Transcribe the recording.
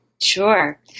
Sure